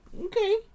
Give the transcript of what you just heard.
okay